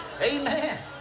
amen